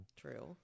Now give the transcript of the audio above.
True